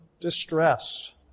distress